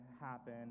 happen